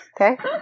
okay